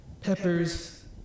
peppers